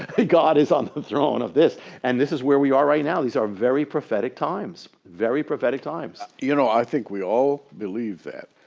god is on the throne of this and this is where we are right now, these are very prophetic times, very prophetic times. you know i think we all believe that.